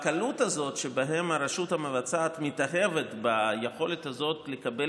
הקלות הזאת שבה הרשות המבצעת מתאהבת ביכולת הזאת לקבל